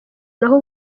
naho